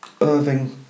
Irving